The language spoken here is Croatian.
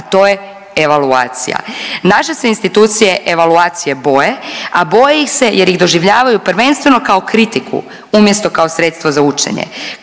a to je evaluacija. Naše se institucije evaluacije boje, a boje ih se jer ih doživljavaju prvenstveno kao kritiku umjesto kao sredstvo za učenje,